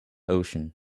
ocean